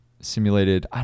simulated